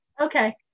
Okay